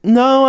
no